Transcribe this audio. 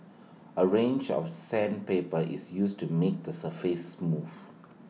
A range of sandpaper is used to make the surface smooth